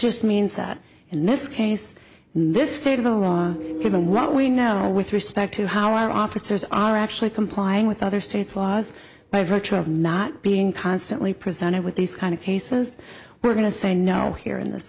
just means that in this case in this state of the law given what we know with respect to how our officers are actually complying with other state's laws by virtue of not being constantly presented with these kind of cases we're going to say no here in this